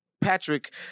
Patrick